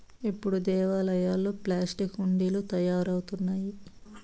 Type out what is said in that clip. ఇప్పుడు దేవాలయాల్లో ప్లాస్టిక్ హుండీలు తయారవుతున్నాయి